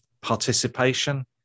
participation